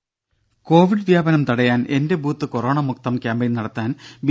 ദേദ കൊവിഡ് വ്യാപനം തടയാൻ എന്റെ ബൂത്ത് കൊറോണ മുക്തം ക്യാമ്പയിൻ നടത്താൻ ബി